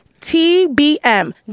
TBM